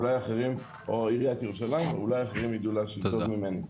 אולי אחרים או עיריית ירושלים ידעו להשיב טוב ממני.